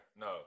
No